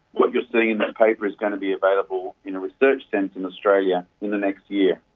what you are seeing in that paper is going to be available in a research sense in australia in the next year,